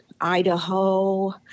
idaho